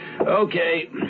Okay